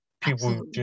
people